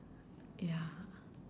ya